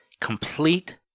complete